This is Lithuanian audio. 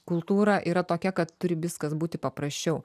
kultūra yra tokia kad turi viskas būti paprasčiau